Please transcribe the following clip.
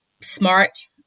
smart